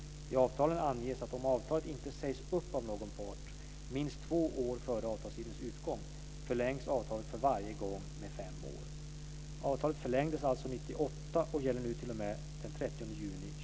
I avtalen anges att om avtalet inte sägs upp av någon part minst två år före avtalstidens utgång förlängs avtalet för varje gång med fem år. Avtalen förlängdes alltså 1998 och gäller nu t.o.m.